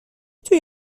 توی